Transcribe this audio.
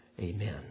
Amen